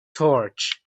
torch